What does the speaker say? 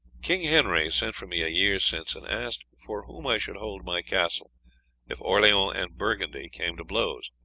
king henry sent for me a year since, and asked for whom i should hold my castle if orleans and burgundy came to blows,